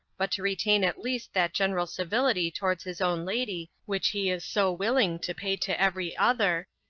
but to retain at least that general civility towards his own lady which he is so willing to pay to every other,